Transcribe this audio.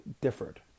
differed